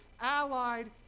allied